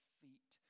feet